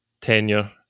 tenure